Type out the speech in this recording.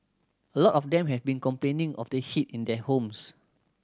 a lot of them have been complaining of the heat in their homes